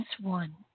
one